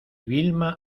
vilma